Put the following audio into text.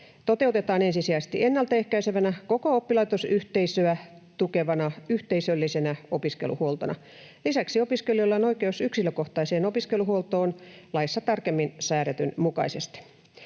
toteutetaan ensisijaisesti ennaltaehkäisevänä, koko oppilaitosyhteisöä tukevana, yhteisöllisenä opiskeluhuoltona. Lisäksi opiskelijoilla on oikeus yksilökohtaiseen opiskeluhuoltoon laissa tarkemmin säädetyn mukaisesti.